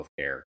healthcare